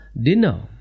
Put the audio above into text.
dinner